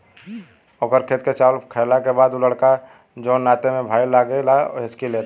ओकर खेत के चावल खैला के बाद उ लड़का जोन नाते में भाई लागेला हिच्की लेता